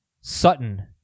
Sutton